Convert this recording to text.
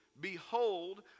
behold